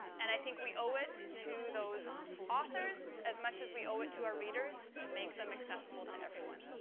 and i think we owe it to those authors as much as we owe it to our readers, to make them accessible to everyone.